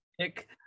pick